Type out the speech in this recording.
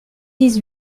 dix